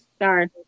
Sorry